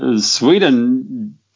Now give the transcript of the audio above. Sweden –